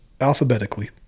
alphabetically